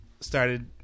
started